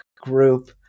group